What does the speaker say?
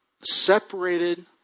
separated